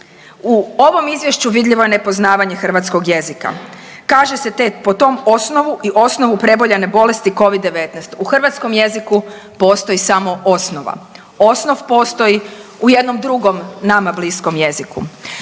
U ovom izvješću vidljivo je nepoznavanje hrvatskog jezika. Kaže se po tom osnovu i osnovu preboljene bolesti covid 19. U hrvatskom jeziku postoji samo osnova. Osnov postoji u jednom drugom nama bliskom jeziku.